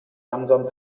langsam